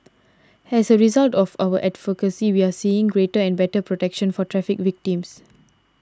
and as a result of our advocacy we're seeing greater and better protection for traffic victims